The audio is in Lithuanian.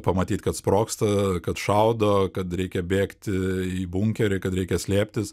pamatyt kad sprogsta kad šaudo kad reikia bėgti į bunkerį kad reikia slėptis